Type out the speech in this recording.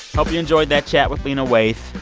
hope you enjoyed that chat with lena waithe.